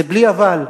זה בלי "אבל",